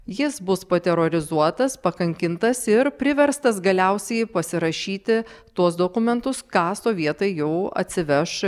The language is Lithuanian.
jis bus paterorizuotas pakankintas ir priverstas galiausiai pasirašyti tuos dokumentus ką sovietai jau atsiveš